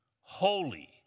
holy